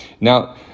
Now